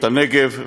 את הנגב,